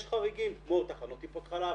יש חריגים כמו תחנות טיפות חלב,